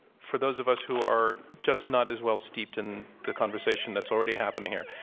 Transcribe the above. for those of us who are just not as well steeped in the conversation that's already happening here